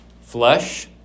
Flush